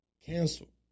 cancel